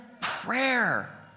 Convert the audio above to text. prayer